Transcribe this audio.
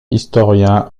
historien